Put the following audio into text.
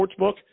Sportsbook